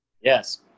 Yes